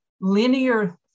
linear